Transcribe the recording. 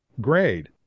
grade